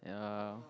ya